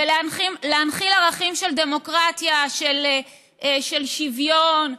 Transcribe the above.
ולהנחיל ערכים של דמוקרטיה, של שוויון,